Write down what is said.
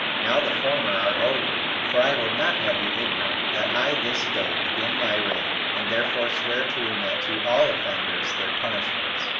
now the former are over for i would not have you ignorant that i this day begin my reign, and therefore swear to remit to all offenders their punishments,